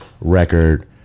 record